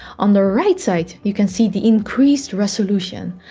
on the right side, you can see the increased resolution.